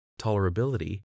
tolerability